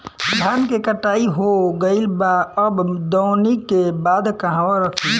धान के कटाई हो गइल बा अब दवनि के बाद कहवा रखी?